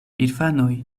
infanoj